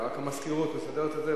רק המזכירות תסדר את זה,